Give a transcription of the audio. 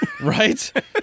Right